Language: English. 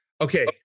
Okay